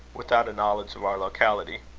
without a knowledge of our locality.